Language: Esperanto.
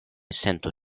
sentu